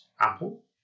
Apple